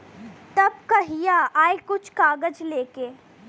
तब कहिया आई कुल कागज़ लेके?